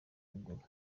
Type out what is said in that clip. kugura